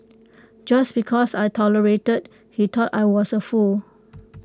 just because I tolerated he thought I was A fool